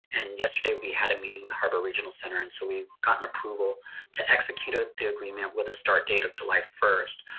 and yesterday, we had a meeting with harbor regional center, and so we've gotten approval to execute ah the agreement with a start date of july first.